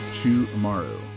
tomorrow